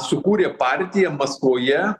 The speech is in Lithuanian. sukūrė partiją maskvoje